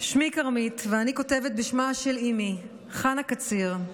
שמי כרמית, ואני כותבת בשמה של אימי חנה קציר,